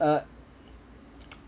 uh